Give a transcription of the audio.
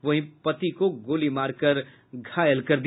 वहीं पति को गोली मार कर घायल कर दिया